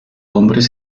hombres